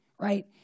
right